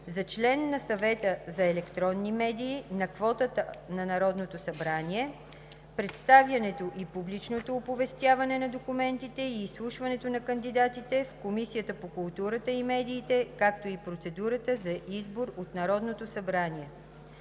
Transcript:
за член на Съвета за електронни медии от квотата на Народното събрание, представянето и публичното оповестяване на документите и изслушването на кандидатите в Комисията по културата и медиите, както и процедурата за избор от Народното събрание.